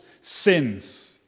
sins